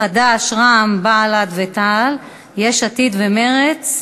חד"ש, רע"ם, בל"ד ותע"ל, יש עתיד ומרצ.